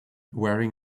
wearing